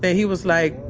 and he was like,